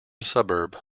suburb